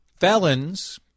Felons